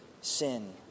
sin